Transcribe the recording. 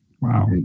Wow